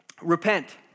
repent